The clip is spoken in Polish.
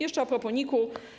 Jeszcze ? propos NIK-u.